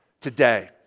today